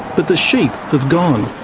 but the sheep have gone,